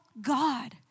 God